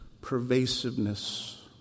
pervasiveness